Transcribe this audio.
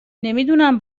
نمیدونم